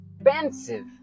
expensive